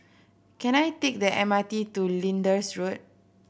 can I take the M R T to Lyndhurst Road